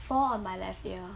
four on my left ear